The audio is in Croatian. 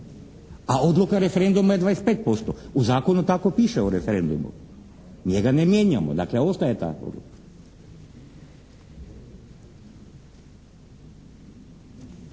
a odluka referenduma je 25%. U zakonu tako piše o referendumu. Njega ne mijenjamo, dakle ostaje ta odluka.